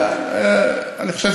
כן, אני חושב